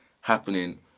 happening